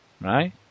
right